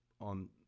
on